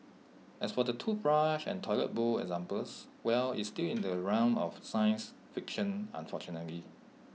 as for the toothbrush and toilet bowl examples well it's still in the realm of science fiction unfortunately